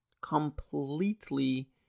completely